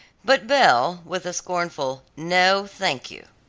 but belle with a scornful no thank you,